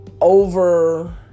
over